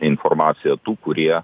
informacija tų kurie